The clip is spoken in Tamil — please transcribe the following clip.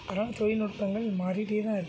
அதனால் தொழில்நுட்பங்கள் மாறிகிட்டேதான் இருக்குது